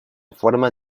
forma